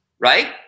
right